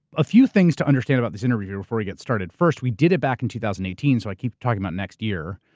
a few things to understand about this interview before we get started. first, we did it back in two thousand and eighteen, so i keep talking about next year,